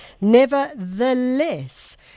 Nevertheless